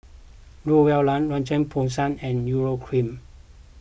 Growell La Roche Porsay and Urea Cream